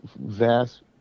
vast